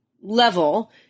level